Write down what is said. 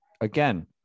Again